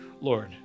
Lord